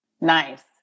Nice